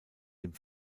dem